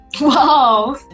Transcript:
Wow